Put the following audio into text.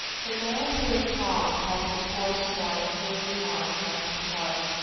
the man who is calm has his course in life clearly marked on his chart.